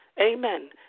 Amen